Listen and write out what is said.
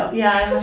yeah,